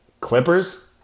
Clippers